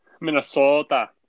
Minnesota